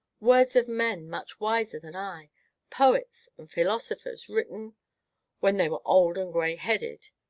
words of men, much wiser than i poets and philosophers, written when they were old and gray-headed,